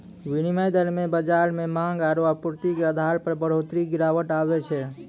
विनिमय दर मे बाजार मे मांग आरू आपूर्ति के आधार पर बढ़ोतरी गिरावट आवै छै